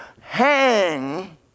hang